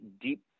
deep